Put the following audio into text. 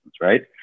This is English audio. right